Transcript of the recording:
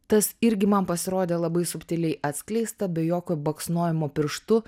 tas irgi man pasirodė labai subtiliai atskleista be jokio baksnojimo pirštu